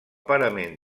parament